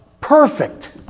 perfect